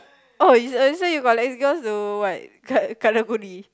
oh you uh so you collect girls to to what ka~ Karang-Guni